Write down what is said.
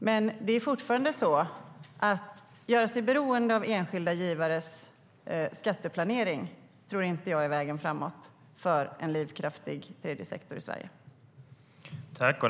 Men att göra sig beroende av enskilda givares skatteplanering tror jag inte är vägen framåt för en livskraftig tredje sektor i Sverige.